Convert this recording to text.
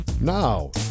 Now